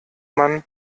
man